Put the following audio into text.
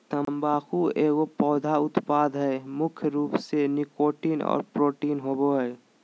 तम्बाकू एगो पौधा उत्पाद हइ मुख्य रूप से निकोटीन और प्रोटीन होबो हइ